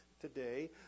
today